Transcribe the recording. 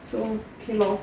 so okay lor